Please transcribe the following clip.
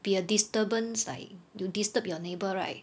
be a disturbance like to disturb your neighbour right